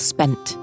Spent